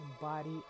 body